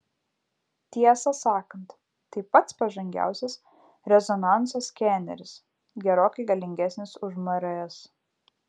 tiesą sakant tai pats pažangiausias rezonanso skeneris gerokai galingesnis už mrs